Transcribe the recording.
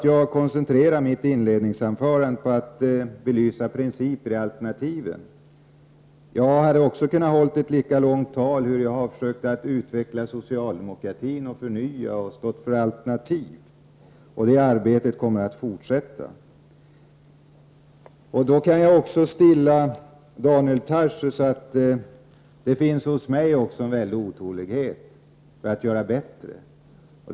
Jag koncentrerade mitt inledningsanförande till att belysa principer i alternativen, men jag hade också kunnat hålla ett lika långt tal om hur jag har försökt att utveckla socialdemokratin, om hur jag har försökt förnya och stå för alternativ. Arbetet med detta kommer också att fortsätta. Jag kan också stilla Daniel Tarschys oro med att säga att det även hos mig finns en väldig otålighet vad gäller att göra förbättringar.